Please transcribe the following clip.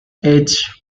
edges